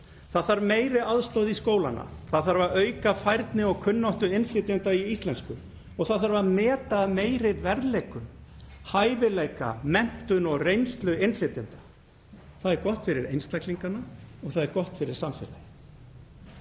Það þarf meiri aðstoð í skólana, það þarf að auka færni og kunnáttu innflytjenda í íslensku og það þarf að meta að meiri verðleikum hæfileika, menntun og reynslu innflytjenda. Það er gott fyrir einstaklingana og það er gott fyrir samfélagið.